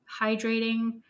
hydrating